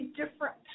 different –